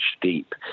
deep